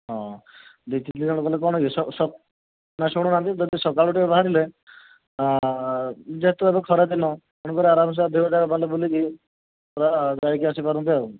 ହଁ ଦୁଇ ତିନି ଜଣ ଗଲେ କ'ଣ କି ନାଇଁ ଶୁୁଣୁନାହାନ୍ତି ଯଦି ସକାଳୁ ଟିକିଏ ବାହାରିଲେ ଯେହେତୁ ଏବେ ଖରାଦିନ ତେଣୁକରି ଆରମ୍ସେ ଅଧିକ ଜାଗା ବୁଲିକି ପୁରା ଯାଇକି ଆସିପାରନ୍ତେ ଆଉ